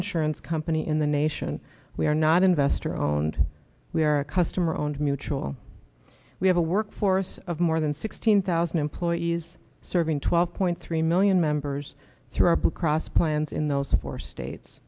insurance company in the nation we are not investor owned we are a customer owned mutual we have a workforce of more than sixteen thousand employees serving twelve point three million members through our blue cross plans in those four states